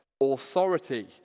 authority